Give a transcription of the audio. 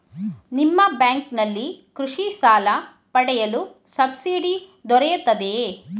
ನಿಮ್ಮ ಬ್ಯಾಂಕಿನಲ್ಲಿ ಕೃಷಿ ಸಾಲ ಪಡೆಯಲು ಸಬ್ಸಿಡಿ ದೊರೆಯುತ್ತದೆಯೇ?